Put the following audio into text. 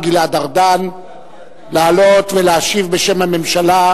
גלעד ארדן לעלות ולהשיב בשם הממשלה.